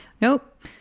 Nope